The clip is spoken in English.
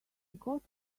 got